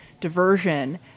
diversion